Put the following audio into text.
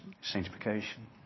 sanctification